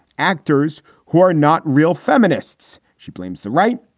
actors who are not real feminists, she blames the right.